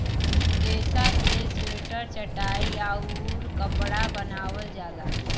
रेसा से स्वेटर चटाई आउउर कपड़ा बनावल जाला